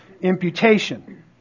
imputation